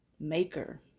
maker